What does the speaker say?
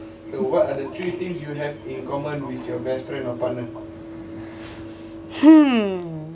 hmm